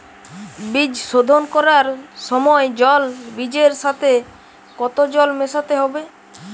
বীজ শোধন করার সময় জল বীজের সাথে কতো জল মেশাতে হবে?